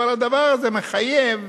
אבל הדבר הזה מחייב